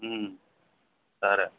సరే